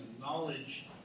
knowledge